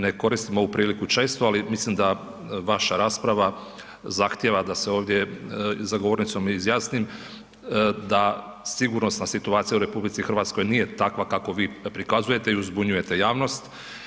Ne koristim ovu priliku često, ali mislim da vaša rasprava zahtjeva da se ovdje za govornicom izjasnim, da sigurnosna situacija u RH nije takva kakvu je prikazujete i uzbunjujete javnost.